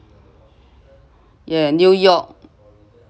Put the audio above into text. yeah new york